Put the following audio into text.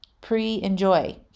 pre-enjoy